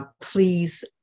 Please